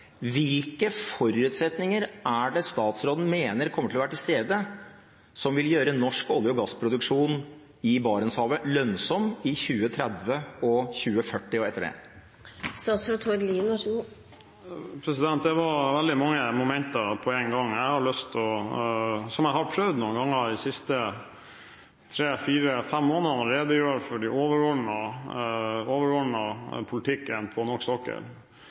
Hvilke forutsetninger mener statsråden kommer til å være til stede, som vil gjøre norsk olje- og gassproduksjon i Barentshavet lønnsom i 2030, i 2040 og etter det? Det var veldig mange momenter på én gang. Jeg har lyst – som jeg har prøvd å gjøre noen ganger de siste tre, fire, fem månedene – å redegjøre for den overordnede politikken på norsk sokkel.